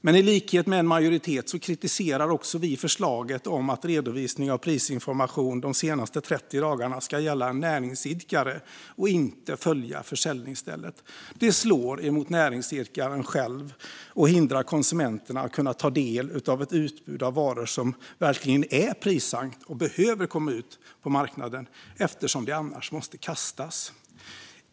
Men i likhet med en majoritet kritiserar också vi förslaget om att redovisning av prisinformation de senaste 30 dagarna ska gälla en näringsidkare och inte följa försäljningsstället. Det slår mot näringsidkaren själv och hindrar konsumenter från att kunna ta del av ett utbud av varor som verkligen är prissänkta och behöver komma ut på marknaden eftersom de annars måste kastas.